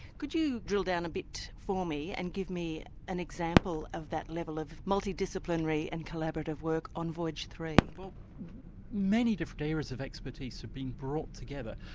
could you drill down a bit for me and give me an example of that level of multidisciplinary and collaborative work on voyage three? many many different areas of expertise have been brought together,